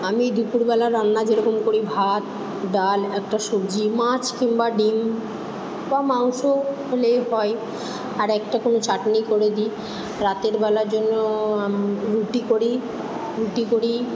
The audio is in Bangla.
আমি দুপুরবেলা রান্না যেরকম করি ভাত ডাল একটা সবজি মাছ কিংবা ডিম বা মাংস হলেও হয় আর একটা কোনো চাটনি করে দিই রাতের বেলার জন্য রুটি করি রুটি করি